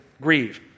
grieve